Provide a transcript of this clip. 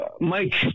Mike